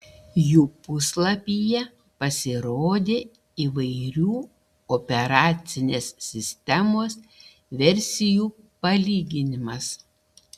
jų puslapyje pasirodė įvairių operacinės sistemos versijų palyginimas